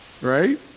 right